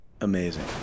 Amazing